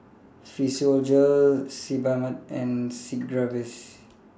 Physiogel Sebamed and Sigvaris